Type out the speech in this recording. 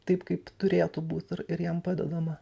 taip kaip turėtų būt ir ir jam padedama